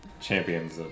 champions